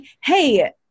hey